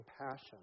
compassion